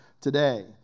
today